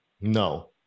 No